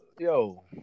Yo